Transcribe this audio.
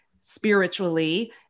spiritually